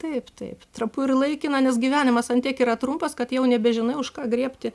taip taip trapu ir laikina nes gyvenimas ant tiek yra trumpas kad jau nebežinai už ką griebti